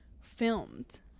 filmed